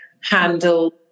handle